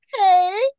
Okay